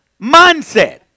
mindset